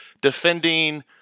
defending